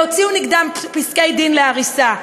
והוציאו נגדם פסקי-דין להריסה.